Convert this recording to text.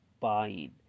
buying